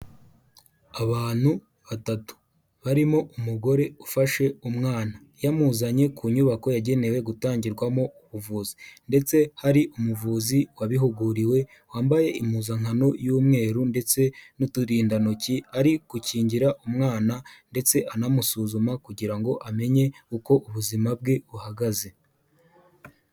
Abantu batatu barimo umugore ufashe umwana yamuzanye ku nyubako yagenewe gutangirwamo ubuvuzi, ndetse hari umuvuzi wabihuguriwe wambaye impuzankano y'umweru, ndetse n'uturindantoki ari gukingira umwana, ndetse anamusuzuma kugira ngo amenye uko ubuzima bwe buhagaze.